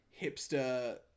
hipster